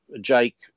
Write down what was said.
Jake